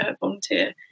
volunteer